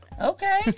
Okay